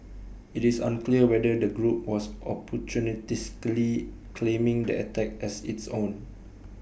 IT is unclear whether the group was opportunistically claiming the attack as its own